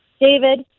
David